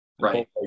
Right